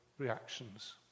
Reactions